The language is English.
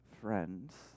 friends